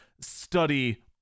study